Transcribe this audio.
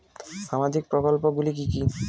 সামাজিক প্রকল্প গুলি কি কি?